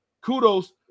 kudos